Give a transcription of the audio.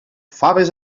faves